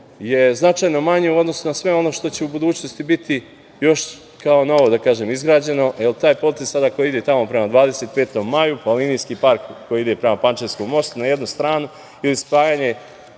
je značajno manji u odnosu na sve ono što će u budućnosti biti još kao novo izgrađeno, jer taj potez koji ide tamo prema "25. maju", pa linijski park koji ide prema Pančevačkom mostu na jednu stranu ili spajanje